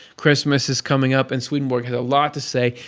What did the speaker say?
christmas is coming up, and swedenborg has a lot to say,